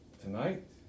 Tonight